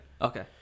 Okay